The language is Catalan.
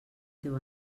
teu